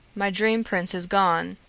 my dream prince is gone,